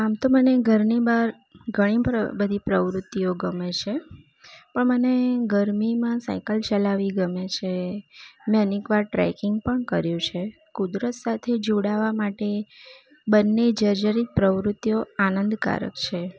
આમ તો મને ઘરની બહાર ઘણી પ્ર બધી પ્રવૃતિઓ ગમે છે પણ મને ગરમીમાં સાઇકલ ચલાવવી ગમે છે મેં અનેક વાર ટ્રેકિંગ પણ કર્યું છે કુદરત સાથે જોડાવા માટે બંને જર્જરિત પ્રવૃત્તિઓ આનંદકારક છે